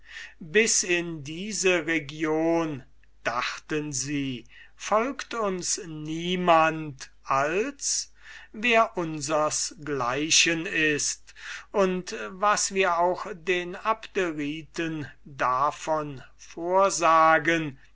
bis in diese region dachten sie folgt uns niemand als wer unsers gleichen ist und was wir auch den abderiten davon vorsagen